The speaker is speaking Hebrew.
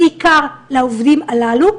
בעיקר לחולים הללו.